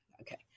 Okay